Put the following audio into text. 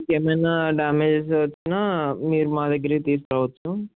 ఏమన్నా డ్యామేజెస్ వచ్చినా మీరు మా దగ్గరే తీసుకోవచ్చు